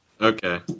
okay